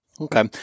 Okay